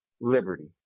liberty